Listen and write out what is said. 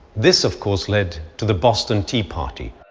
this, of course, led to the boston tea party.